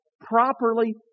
properly